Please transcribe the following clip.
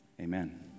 Amen